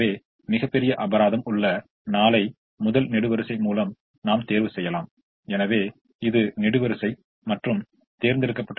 எனவே இந்த தீர்வானது 30 10 25 5 மற்றும் 30 ஆகும் இது 590 க்கு சமமானதாக இருக்கிறது